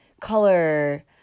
color